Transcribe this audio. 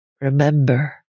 Remember